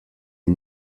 est